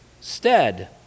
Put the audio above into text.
stead